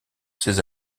ses